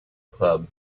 club